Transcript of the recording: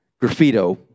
Graffito